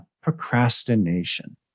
procrastination